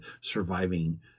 surviving